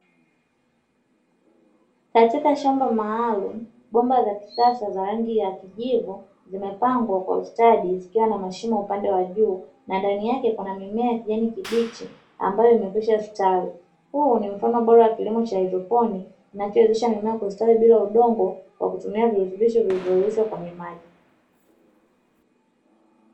Katika shamba maalumu bomba za kisasa za rangi ya kijivu zikiwa zimepangwa kwa ustadi zikiwa na mashimo upande wa juu na ndani yake kuna mimea ya kijani kibichi ambayo imekwishastawi, huu ni mfano bora wa kilimo cha haidroponi kinachowezesha mimiea kustawi bila udongo kwa kutumia virutubisho vilivyoyeyushwa kwenye maji.